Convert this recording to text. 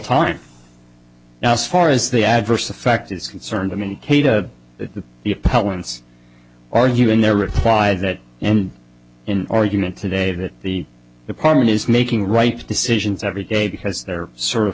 time now far as the adverse effect is concerned i mean the the appellant's argue in their reply that and in argument today that the department is making right decisions every day because they're sort of